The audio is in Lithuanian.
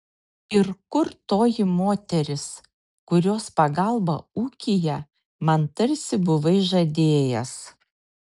ir kur toji moteris kurios pagalbą ūkyje man tarsi buvai žadėjęs